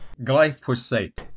glyphosate